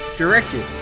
Directed